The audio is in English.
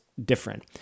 Different